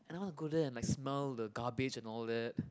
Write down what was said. then I want to go there and like smell the garbage and all that